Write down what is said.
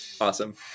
Awesome